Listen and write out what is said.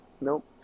Nope